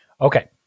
Okay